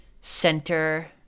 center